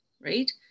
right